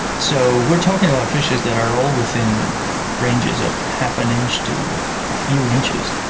so we're talking about fishes that are all within ranges of half an inch to a few inches.